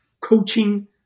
coaching